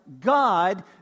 God